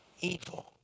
evil